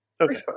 Okay